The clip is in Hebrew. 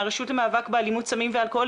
מהרשות למאבק באלימות סמים ואלכוהול,